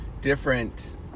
different